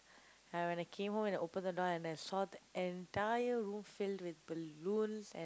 like when I came home and open the door and I saw the entire room filled with balloons and